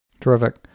Terrific